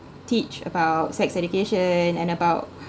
teach about sex education and about